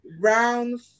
round